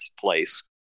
place